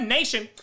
Nation